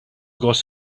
got